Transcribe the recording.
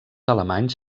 alemanys